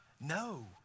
No